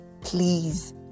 please